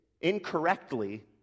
incorrectly